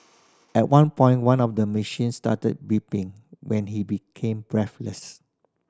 at one point one of the machines started beeping when he became breathless